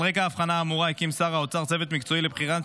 על רקע ההבחנה האמורה הקים שר האוצר צוות מקצועי לבחינת